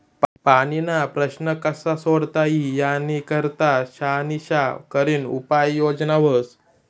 पाणीना प्रश्न कशा सोडता ई यानी करता शानिशा करीन उपाय योजना व्हस